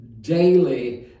daily